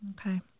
Okay